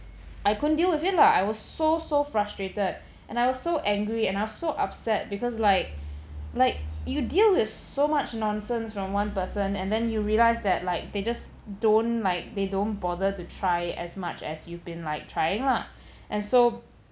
I couldn't deal with it lah I was so so frustrated and I was so angry and I was so upset because like like you deal with so much nonsense from one person and then you realised that like they just don't like they don't bother to try as much as you've been like trying lah and so